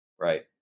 right